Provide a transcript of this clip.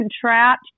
trapped